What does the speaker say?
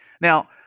Now